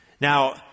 Now